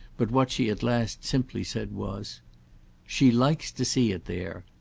but what she at last simply said was she likes to see it there.